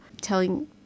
telling